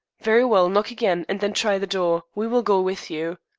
very well. knock again, and then try the door. we will go with you.